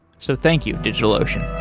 so thank you, digitalocean.